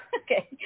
Okay